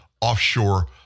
offshore